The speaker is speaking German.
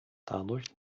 dadurch